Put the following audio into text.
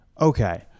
Okay